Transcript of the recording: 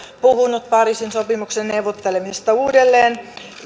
puhunut pariisin sopimuksen neuvottelemisesta uudelleen